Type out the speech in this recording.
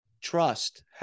trust